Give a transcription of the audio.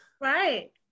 Right